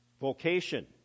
vocation